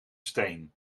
steen